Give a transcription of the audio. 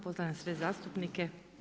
Pozdravljam sve zastupnike.